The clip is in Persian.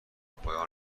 پایان